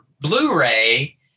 Blu-ray